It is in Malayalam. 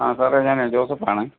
ആ സാറേ ഞാൻ ജോസഫ് ആണേ